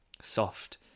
soft